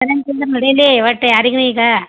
current ಇಲ್ದಿರೆ ನಡಿಯಲ್ಲ ಒಟ್ಟು ಯಾರಿಗೂ ಈಗ